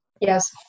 Yes